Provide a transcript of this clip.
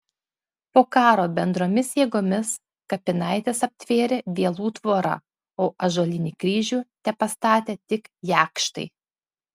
po karo bendromis jėgomis kapinaites aptvėrė vielų tvora o ąžuolinį kryžių tepastatė tik jakštai